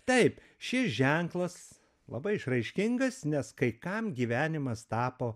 taip šis ženklas labai išraiškingas nes kai kam gyvenimas tapo